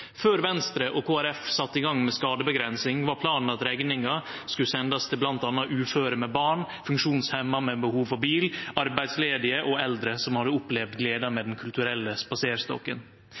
Før Venstre og Kristeleg Folkeparti sette i gang med skadeavgrensing, var planen at rekninga skulle sendast til bl.a. uføre med born, funksjonshemma med behov for bil, arbeidsledige og eldre som hadde opplevd gleda med Den kulturelle spaserstokken.